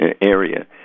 area